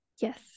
Yes